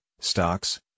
stocks